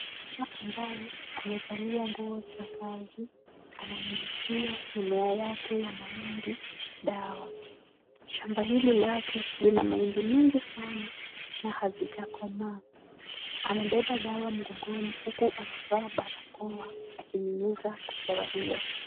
Mtu ambaye amevalia nguo za kazi, ananyunyizia mimea yake ya mahindi dawa. Shamba hili lake lina mahindi mingi sana na hazijakomaa. Amebeba dawa mgongoni huku amevaa barakoa akinyunyuza dawa hiyo.